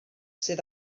sydd